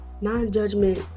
non-judgment